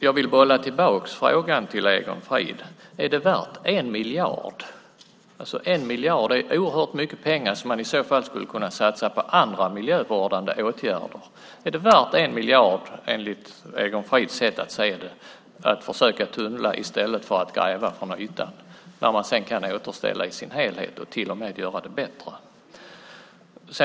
Jag vill bolla tillbaka frågan till Egon Frid: Är det värt 1 miljard - oerhört mycket pengar som man skulle kunna satsa på andra miljövårdande åtgärder - att försöka tunnla i stället för att gräva från ytan? Man kan ju återställa det i sin helhet sedan och till och med göra det bättre.